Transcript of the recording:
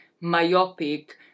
myopic